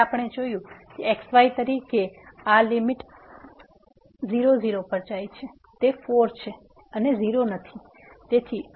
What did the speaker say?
અને હવે આપણે જોયું છે કે x y તરીકે આ લીમીટ 00 પર જાય છે તે 4 છે અને 0 નહીં